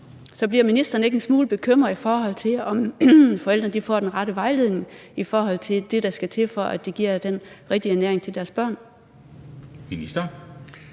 Så bliver ministeren ikke en smule bekymret, i forhold til om forældrene får den rette vejledning om, hvad der skal til, for at de giver den rigtige ernæring til deres børn? Kl.